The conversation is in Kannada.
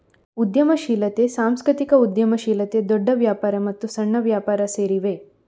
ಉದ್ಯಮಶೀಲತೆ, ಸಾಂಸ್ಕೃತಿಕ ಉದ್ಯಮಶೀಲತೆ, ದೊಡ್ಡ ವ್ಯಾಪಾರ ಮತ್ತು ಸಣ್ಣ ವ್ಯಾಪಾರ ಸೇರಿವೆ